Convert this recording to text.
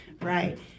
Right